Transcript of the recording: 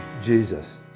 Jesus